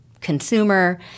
consumer